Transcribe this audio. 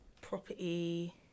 Property